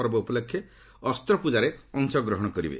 ପର୍ବ ଉପଲକ୍ଷେ ଶସ୍ତ ପୂଜାରେ ଅଂଶଗ୍ରହଣ କରିବେ